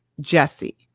Jesse